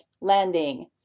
landing